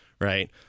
right